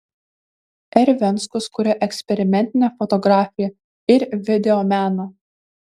r venckus kuria eksperimentinę fotografiją ir videomeną